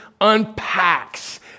unpacks